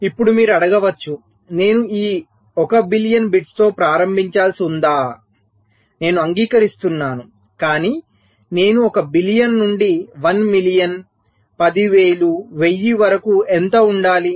ఇప్పుడు మీరు అడగవచ్చు నేను ఈ 1 బిలియన్ బిట్స్తో ప్రారంభించాల్సి ఉందా నేను అంగీకరిస్తున్నాను కాని నేను 1 బిలియన్ నుండి 1 మిలియన్ 10000 1000 వరకు ఎంత ఉండాలి